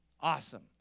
Awesome